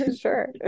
Sure